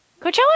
Coachella